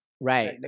Right